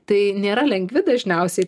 tai nėra lengvi dažniausiai